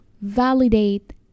validate